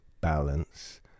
balance